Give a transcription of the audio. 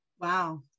Wow